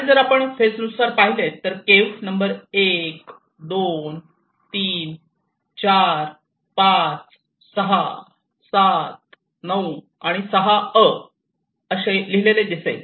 आणि जर आपण फेज नुसार पाहिले तर केव्ह नंबर 1 2 3 4 5 6 7 9 आणि 6 अ लिहिलेले दिसेल